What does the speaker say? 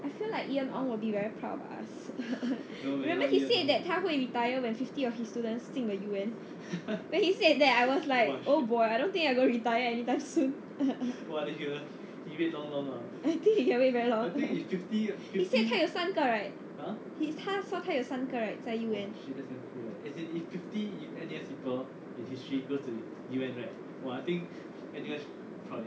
I feel like ian ong will be very proud of us remember he said that 他会 retire when fifty of his students 进了 U_N when he said that I was like oh boy I don't think you are gonna retire anytime soon I think he can wait very long he said 他有三个 right he 他说他有三个 right